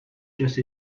just